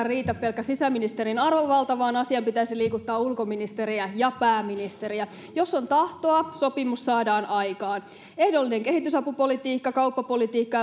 riitä pelkkä sisäministerin arvovalta vaan asian pitäisi liikuttaa ulkoministeriä ja pääministeriä jos on tahtoa sopimus saadaan aikaan ehdollinen kehitysapupolitiikka kauppapolitiikka